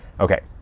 okay.